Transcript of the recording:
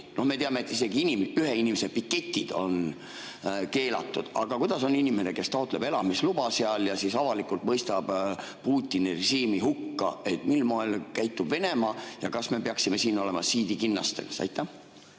Me teame, et isegi ühe inimese piketid on keelatud. Aga kuidas on inimesega, kes taotleb seal elamisluba, aga avalikult mõistab Putini režiimi hukka? Mil moel käitub Venemaa? Ja kas me peaksime siin olema siidikinnastes? Aitäh!